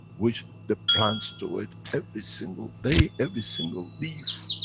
which the plants do it every single day, every single leaf,